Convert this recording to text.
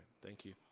thank you.